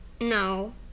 no